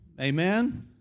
Amen